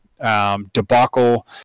debacle